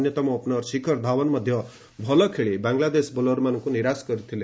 ଅନ୍ୟତମ ଓପନର ଶିଖର ଧାଓ୍ୱନ ମଧ୍ୟ ଭଲ ଖେଳି ବାଙ୍ଗଲାଦେଶ ବୋଲରଙ୍କୁ ନିରାଶ କରିଥିଲେ